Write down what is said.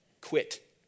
quit